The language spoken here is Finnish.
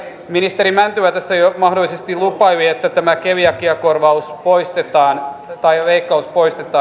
ministeri mäntylä tässä jo mahdollisesti lupaili että tämä keliakiakorvausleikkaus poistetaan